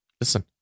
listen